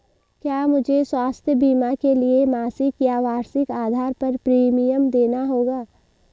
क्या मुझे स्वास्थ्य बीमा के लिए मासिक या वार्षिक आधार पर प्रीमियम देना होगा?